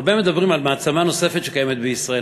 הרבה מדברים על מעצמה נוספת שקיימת בישראל,